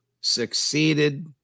succeeded